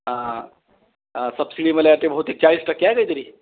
ह सबसिडी मला वाटते बहुतेक चाळीस टक्के आहे कायतरी